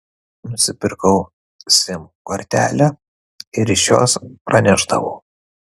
nusipirkau sim kortelę ir iš jos pranešdavau